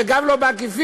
וגם לא בעקיפין,